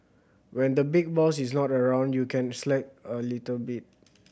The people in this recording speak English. when the big boss is not around you can slack a little bit